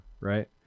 right